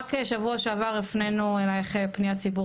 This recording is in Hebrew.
שרק שבוע שעבר הפננו אלייך פניות ציבור